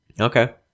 Okay